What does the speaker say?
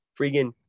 freaking